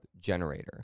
generator